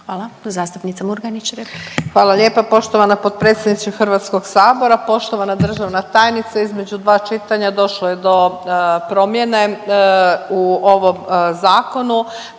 Nada (HDZ)** Hvala lijepa poštovana potpredsjednice Hrvatskog sabora. Poštovana državna tajnice, između dva čitanja došlo je do promjene u ovom zakonu